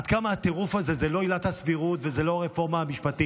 עד כמה הטירוף הזה אינו בגין עילת הסבירות או הרפורמה המשפטית,